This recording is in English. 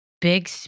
big